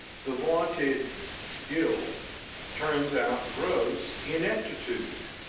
the vaunted skill turns out gross ineptitude.